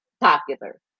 popular